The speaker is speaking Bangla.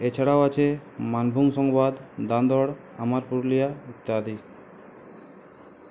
এছাড়াও আছে মানভূম সংবাদ দাঁদর আমার পুরুলিয়া ইত্যাদি